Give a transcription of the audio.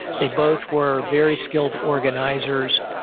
they both were very skilled organizers.